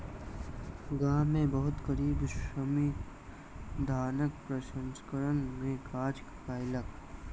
गाम में बहुत गरीब श्रमिक धानक प्रसंस्करण में काज कयलक